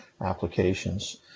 applications